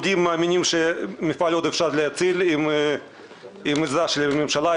העובדים מאמינים שאפשר עוד להציל את המפעל עם עזרה של הממשלה,